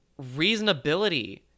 reasonability